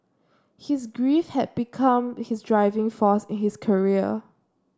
his grief had become his driving force in his career